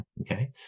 Okay